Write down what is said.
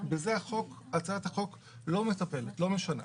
בזה הצעת החוק לא מטפלת, את זה היא לא משנה.